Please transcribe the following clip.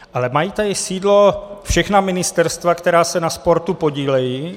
Ale mají tady sídlo všechna ministerstva, která se na sportu podílejí.